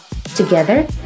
Together